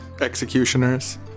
executioners